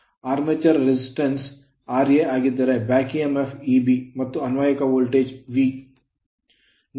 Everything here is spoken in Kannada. armature resistance ಆರ್ಮೇಚರ್ ಪ್ರತಿರೋಧವು Ra ಆಗಿದ್ದರೆ Back EMF back EMF Eb ಮತ್ತು ಅನ್ವಯಿಕ ವೋಲ್ಟೇಜ್ V